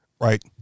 right